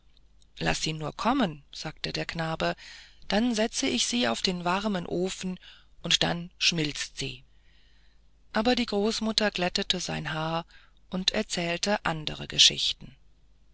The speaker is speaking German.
laß sie nur kommen sagte der knabe dann setze ich sie auf den warmen ofen und dann schmilzt sie aber die großmutter glättete sein haar und erzählte andere geschichten